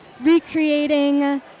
recreating